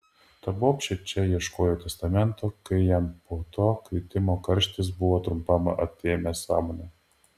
ta bobšė čia ieškojo testamento kai jam po to kritimo karštis buvo trumpam atėmęs sąmonę